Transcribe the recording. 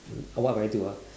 what would I do ah